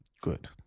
Good